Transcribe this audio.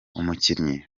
umukinnyi